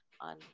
on